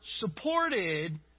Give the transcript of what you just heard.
supported